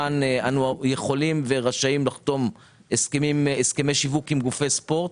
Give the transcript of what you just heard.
אנחנו יכולים ורשאים לחתום הסכמי שיווק עם גופי ספורט,